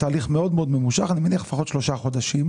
תהליך ממושך שאני מניח שלוקח 3 חודשים.